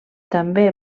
també